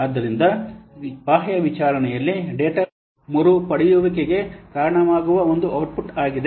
ಆದ್ದರಿಂದ ಬಾಹ್ಯ ವಿಚಾರಣೆಯಲ್ಲಿ ಡೇಟಾ ಮರುಪಡೆಯುವಿಕೆಗೆ ಕಾರಣವಾಗುವ ಒಂದು ಔಟ್ಪುಟ್ ಆಗಿದೆ